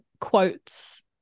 quotes